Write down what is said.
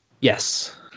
Yes